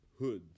hoods